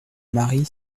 marie